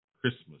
Christmas